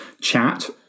chat